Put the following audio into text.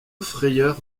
frayeur